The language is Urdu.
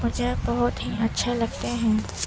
مجھے بہت ہی اچھے لگتے ہیں